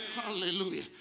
Hallelujah